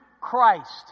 Christ